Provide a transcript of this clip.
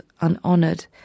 Unhonoured